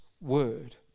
word